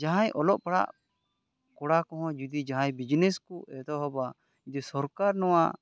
ᱡᱟᱦᱟᱸᱭ ᱚᱞᱚᱜ ᱯᱟᱲᱦᱟᱜ ᱠᱚᱲᱟ ᱠᱚᱦᱚᱸ ᱡᱩᱫᱤ ᱡᱟᱦᱟᱸᱭ ᱵᱤᱡᱽᱱᱮᱥ ᱠᱚ ᱮᱛᱚᱦᱚᱵᱟ ᱡᱮ ᱥᱚᱨᱠᱟᱨ ᱱᱚᱣᱟ